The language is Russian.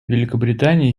великобритании